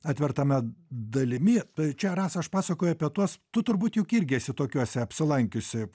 atvertame dalimi tai čia rasa aš pasakoju apie tuos tu turbūt juk irgi esi tokiuose apsilankiusi